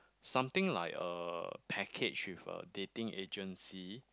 something like a package with a dating agency